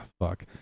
fuck